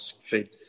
feed